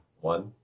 one